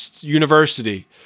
university